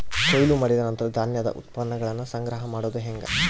ಕೊಯ್ಲು ಮಾಡಿದ ನಂತರ ಧಾನ್ಯದ ಉತ್ಪನ್ನಗಳನ್ನ ಸಂಗ್ರಹ ಮಾಡೋದು ಹೆಂಗ?